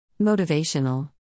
Motivational